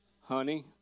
honey